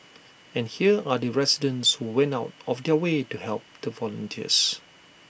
and here are the residents who went out of their way to help the volunteers